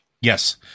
Yes